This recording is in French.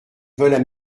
veulent